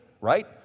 right